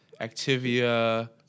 Activia